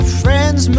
friends